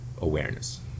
awareness